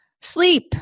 Sleep